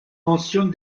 mentionne